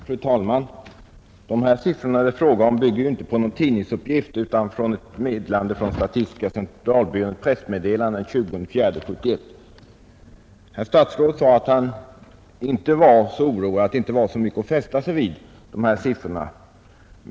Fru talman! De siffror det är fråga om bygger ju inte på någon tidningsuppgift utan på ett pressmeddelande från statistiska centralbyrån den 20 april 1971. Herr statsrådet sade att siffrorna inte var så mycket att fästa sig vid.